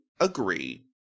agree